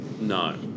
no